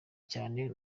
cyane